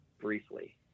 briefly